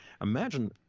Imagine